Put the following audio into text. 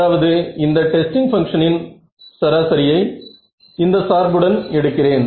அதாவது இந்த டெஸ்டிங் பங்ஷனின் சராசரியை இந்த சார்புடன் எடுக்கிறேன்